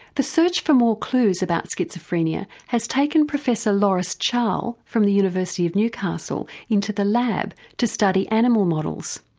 the search for more clues about schizophrenia has taken professor loris chahl from the university of newcastle into the lab to study animal models.